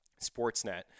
Sportsnet